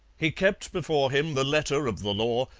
he kept before him the letter of the law,